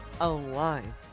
online